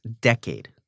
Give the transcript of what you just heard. decade